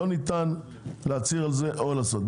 לא ניתן להצהיר על זה או לעשות.